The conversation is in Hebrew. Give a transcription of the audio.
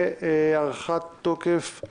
יעל אגמון רכזת ביטחון באגף תקציבים,